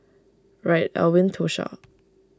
Reid Elwyn Tosha